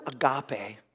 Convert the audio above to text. agape